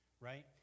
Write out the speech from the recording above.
right